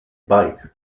bike